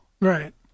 Right